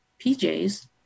PJs